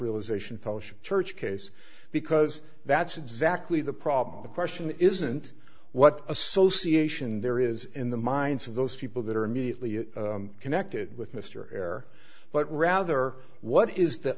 realization fellowship church case because that's exactly the problem the question isn't what association there is in the minds of those people that are immediately connected with mr heir but rather what is the